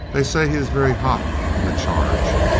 they say he is very hot in the charge.